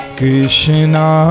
Krishna